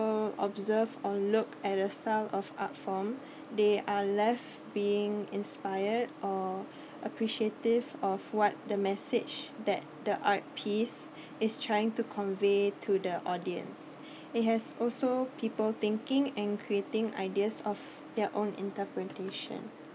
observed or look at the sound of art form they are left being inspired or appreciative of what the message that the art piece is trying to convey to the audience it has also people thinking and creating ideas of their own interpretation